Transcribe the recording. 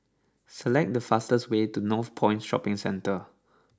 select the fastest way to Northpoint Shopping Centre